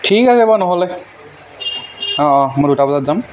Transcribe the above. ঠিক আছে বাৰু নহ'লে অঁ দুটা বজাত যাম